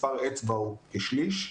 מספר האצבע הוא כשליש,